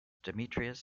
demetrius